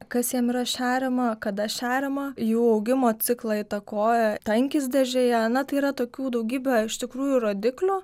kas jie yra šeriama kada šeriama jų augimo ciklą įtakoja tankis dėžėje na tai yra tokių daugybė iš tikrųjų rodiklių